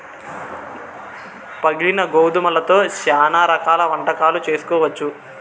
పగిలిన గోధుమలతో శ్యానా రకాల వంటకాలు చేసుకోవచ్చు